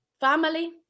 family